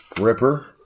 Ripper